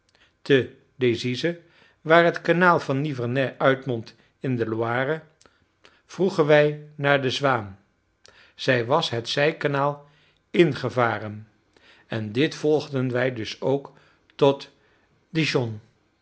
te decize waar het kanaal van nivernais uitmondt in de loire vroegen wij naar de zwaan zij was het zijkanaal ingevaren en dit volgden wij dus ook tot